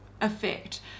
effect